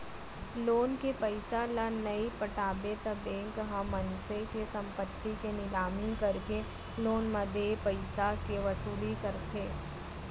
loan के पइसा ल नइ पटाबे त बेंक ह मनसे के संपत्ति के निलामी करके लोन म देय पइसाके वसूली करथे